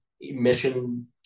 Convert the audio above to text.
emission